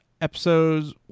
episodes